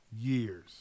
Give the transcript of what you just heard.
Years